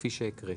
כפי שהקראתי.